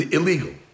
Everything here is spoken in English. Illegal